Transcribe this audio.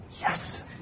yes